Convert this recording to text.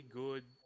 good